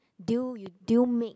deal you deal make